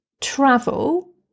travel